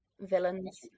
villains